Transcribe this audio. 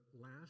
last